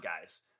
guys